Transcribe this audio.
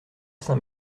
saint